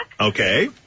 Okay